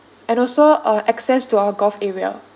and also uh access to our golf area